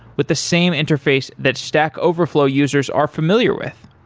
with the same interface that stack overflow users are familiar with.